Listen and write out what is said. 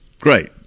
great